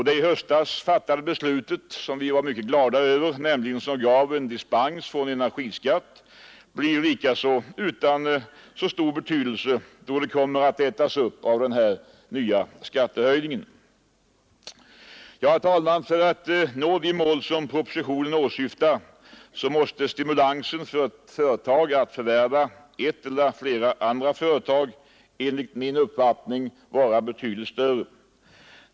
Det i höstas fattade beslutet, som vi var mycket glada över och som gav en dispens från energiskatt, blir ju likaså utan betydelse då det kommer att ätas upp av denna nya skattehöjning. Herr talman! För att nå de mål som propositionen åsyftar måste stimulansen för ett företag att förvärva ett eller flera andra företag enligt min uppfattning vara betydligt större.